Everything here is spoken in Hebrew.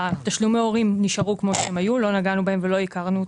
תשלומי ההורים נשארו כמו שהם היו לא נגענו בהם ולא ייקרנו אותם.